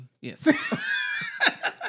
Yes